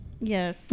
yes